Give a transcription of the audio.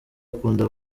ukunda